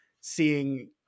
seeing